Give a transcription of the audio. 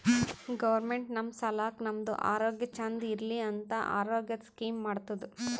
government ನಮ್ ಸಲಾಕ್ ನಮ್ದು ಆರೋಗ್ಯ ಚಂದ್ ಇರ್ಲಿ ಅಂತ ಆರೋಗ್ಯದ್ ಸ್ಕೀಮ್ ಮಾಡ್ತುದ್